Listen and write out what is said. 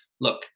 look